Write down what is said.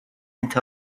into